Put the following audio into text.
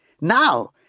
now